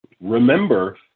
remember